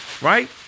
right